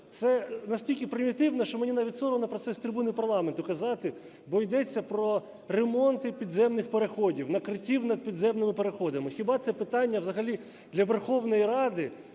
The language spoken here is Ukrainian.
Це настільки примітивно, що мені навіть соромно про це з трибуни парламенту казати, бо йдеться про ремонти підземних переходів, накриттів над підземними переходами. Хіба це питання взагалі для Верховної Ради